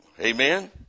Amen